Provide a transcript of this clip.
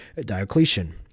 Diocletian